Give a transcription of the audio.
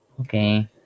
Okay